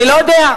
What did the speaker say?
אני לא יודע.